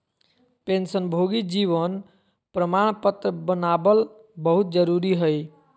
पेंशनभोगी जीवन प्रमाण पत्र बनाबल बहुत जरुरी हइ